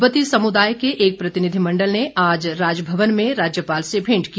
तिब्बती समुदाय के एक प्रतिनिधिमण्डल ने आज राजभवन में राज्यपाल से भेंट की